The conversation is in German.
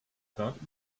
tat